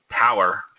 power